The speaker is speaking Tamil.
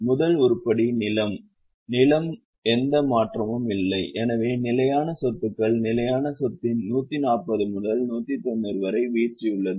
முதல் உருப்படி நிலம் நிலம் எந்த மாற்றமும் இல்லை எனவே நிலையான சொத்துக்கள் நிலையான சொத்தில் 140 முதல் 190 வரை வீழ்ச்சி உள்ளது